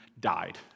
died